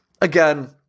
Again